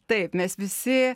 taip mes visi